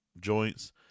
joints